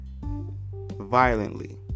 violently